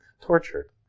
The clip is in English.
tortured